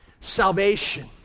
salvation